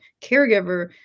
caregiver